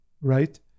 right